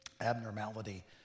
abnormality